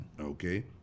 okay